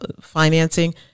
financing